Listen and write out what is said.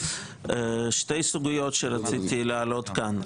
שתי סוגיות שרציתי להעלות כאן.